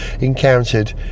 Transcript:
encountered